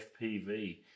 FPV